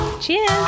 Cheers